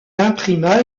imprima